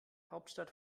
hauptstadt